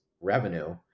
revenue